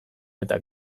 eta